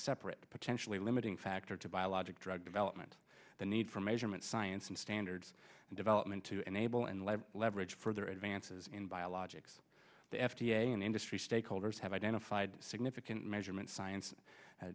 separate potentially limiting factor to biologic drug development the need for measurement science and standards and development to enable and leverage further advances in biologics the f d a and industry stakeholders have identified significant measurement science